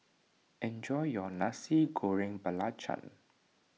enjoy your Nasi Goreng Belacan